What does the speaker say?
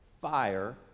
fire